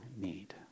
need